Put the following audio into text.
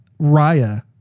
Raya